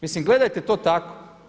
Mislim gledajte to tako.